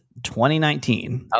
2019